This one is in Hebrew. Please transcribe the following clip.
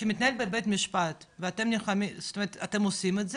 שמתנהל בבית המשפט ואתם עושים את זה,